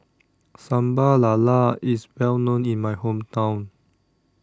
Sambal Lala IS Well known in My Hometown